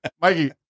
Mikey